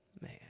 man